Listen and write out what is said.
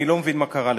אני לא מבין מה קרה לך,